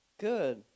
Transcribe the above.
Good